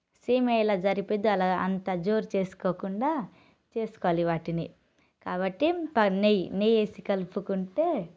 సేమియా ఎలా సరిపోద్దో అలా అంత జోరు చేసుకోకుండా చేసుకోవాలి వాటిని కాబట్టి నెయ్యి నెయ్యి వేసీ కలుపుకుంటే